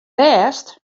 bêst